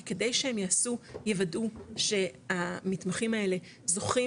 כי כדי שהם יוודאו שהמתמחים האלה זוכים